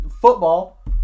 football